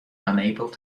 unable